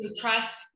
trust